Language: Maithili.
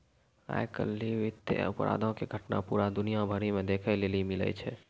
आइ काल्हि वित्तीय अपराधो के घटना पूरा दुनिया भरि मे देखै लेली मिलै छै